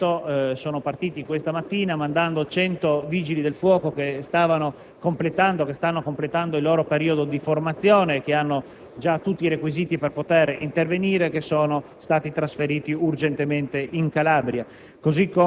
ed urgente: questa mattina, infatti, 100 Vigili del fuoco che stanno completando il loro periodo di formazione (e hanno tutti i requisiti per poter intervenire) sono stati trasferiti urgentemente in Calabria.